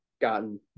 gotten